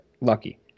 lucky